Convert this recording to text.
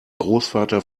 großvater